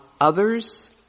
others